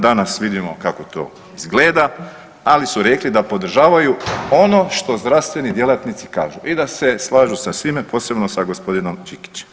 Danas vidimo kako to izgleda, ali su rekli da podržavaju ono što zdravstveni djelatnici kažu i da se slažu sa svime posebno sa gospodinom Đikićem.